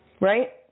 right